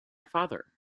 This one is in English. father